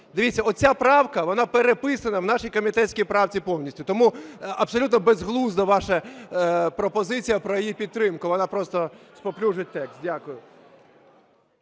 Дивіться, оця правка вона переписана в нашій комітетській правці повністю. Тому абсолютна безглузда ваша пропозиція про її підтримку, вона просто спаплюжить текст. Дякую.